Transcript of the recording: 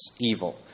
evil